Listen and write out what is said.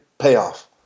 payoff